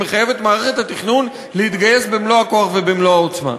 שמחייב את מערכת התכנון להתגייס במלוא הכוח ובמלוא העוצמה.